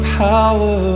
power